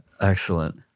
Excellent